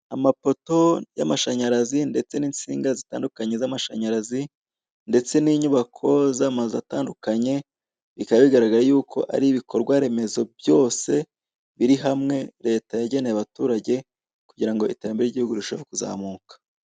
Amapoto y'amashanyarazi ndetse n'insinga zitandukanye z'amashanyarazi ndetse n'inyubako z'amazu atandukanye, bikaba bigaragara yuko ari ibikorwaremezo byose biri hamwe leta yageneye abaturage kugira ngo iterambere ry'igihugu rirusheho kuzamuka.